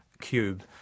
cube